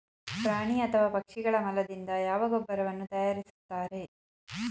ಪ್ರಾಣಿ ಅಥವಾ ಪಕ್ಷಿಗಳ ಮಲದಿಂದ ಯಾವ ಗೊಬ್ಬರವನ್ನು ತಯಾರಿಸುತ್ತಾರೆ?